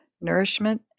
nourishment